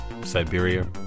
Siberia